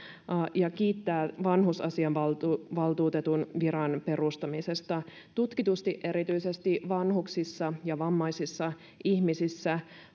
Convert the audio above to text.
ja kiittää vanhusasiavaltuutetun viran perustamisesta tutkitusti erityisesti vanhuksissa ja vammaisissa ihmisissä